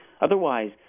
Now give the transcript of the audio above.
Otherwise